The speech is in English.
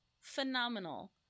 phenomenal